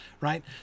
Right